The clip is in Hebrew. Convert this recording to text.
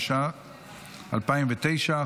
התשנ"ט 2009,